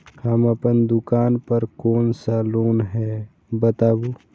हम अपन दुकान पर कोन सा लोन हैं बताबू?